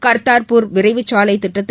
கர்த்தார்பூர் விரைவு சாலை திட்டத்தை